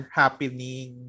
happening